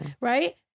Right